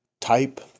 type